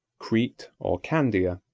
crete, or candia,